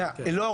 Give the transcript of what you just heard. כן.